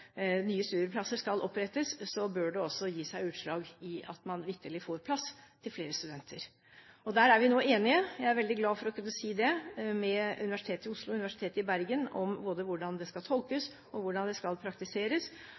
nye studieplasser skal opprettes, bør det også gi seg utslag i at man vitterlig får plass til flere studenter. Her er vi nå enig – jeg er veldig glad for å kunne si det – med Universitetet i Oslo og Universitetet i Bergen om både hvordan det skal tolkes, og hvordan det skal praktiseres.